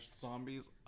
Zombies